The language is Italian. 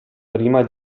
prima